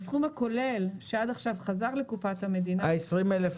והסכום הכולל שעד עכשיו חזר לקופת המדינה --- אותם 20,000,